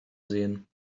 sehen